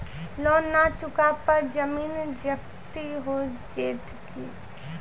Loan न चुका पर जमीन जब्ती हो जैत की?